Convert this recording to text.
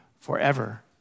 forever